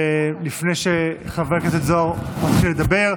לפני שחבר הכנסת זוהר יתחיל לדבר,